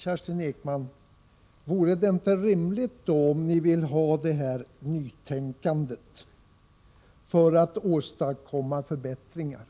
Kerstin Ekman vill se ett nytänkande för att åstadkomma förbättringar.